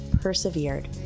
persevered